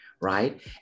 right